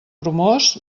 bromós